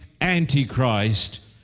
Antichrist